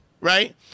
Right